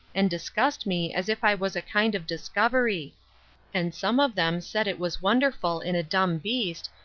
and discussed me as if i was a kind of discovery and some of them said it was wonderful in a dumb beast,